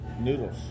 noodles